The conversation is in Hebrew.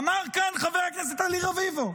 אמר כאן חבר הכנסת אלי רביבו: